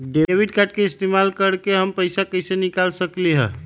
Debit card के इस्तेमाल करके हम पैईसा कईसे निकाल सकलि ह?